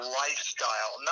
lifestyle